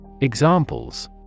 Examples